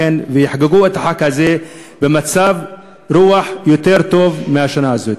ויחגגו את החג הזה במצב רוח יותר טוב מבשנה הזאת.